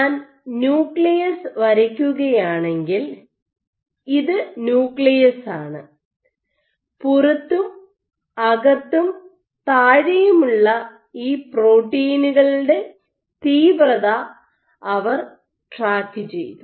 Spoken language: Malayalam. ഞാൻ ന്യൂക്ലിയസ് വരയ്ക്കുകയാണെങ്കിൽ ഇത് ന്യൂക്ലിയസാണ് പുറത്തും അകത്തും താഴെയുമുള്ള ഈ പ്രോട്ടീനുകളുടെ തീവ്രത അവർ ട്രാക്കുചെയ്യ്തു